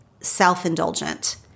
self-indulgent